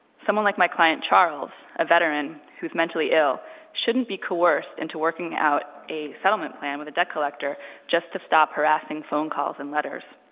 someone like my client charles, a veteran, who's mentally ill shouldn't be coerced into working out a settlement plan with a debt collector just to stop harassing phone calls and letters.